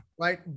right